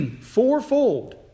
fourfold